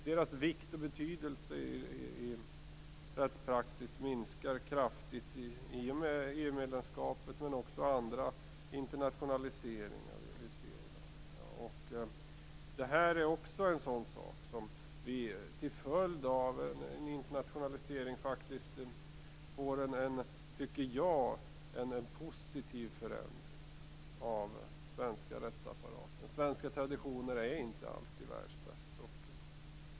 Deras vikt och betydelse i rättspraxis minskar kraftigt i och med EU-medlemskapet men också genom annan internationalisering. Till följd av internationaliseringen får vi en positiv förändring av den svenska rättsapparaten. Svenska traditioner är inte alltid världsbäst.